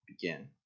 begin